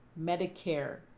medicare